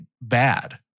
bad